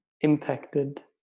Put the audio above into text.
impacted